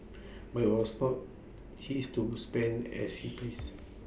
but IT was not his to spend as he pleased